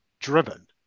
driven